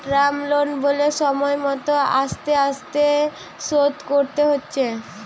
term loan বলে সময় মত আস্তে আস্তে শোধ করতে হচ্ছে